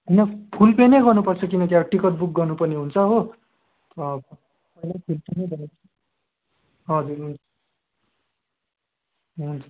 होइन फुल पेनै गर्नुपर्छ किनकि अब टिकट बुक गर्नुपर्ने हुन्छ हो पहिलै फुल पेमेन्ट गर्नुपर्छ हजुर हुन्छ हुन्छ